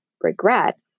regrets